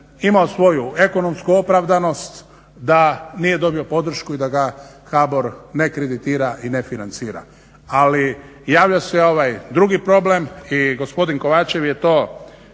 imao svoju ekonomsku opravdanost da nije dobio podršku i da ga HBOR ne kreditira i ne financira. Ali javio se ovaj drugi problem i gospodin Kovačev je to